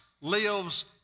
lives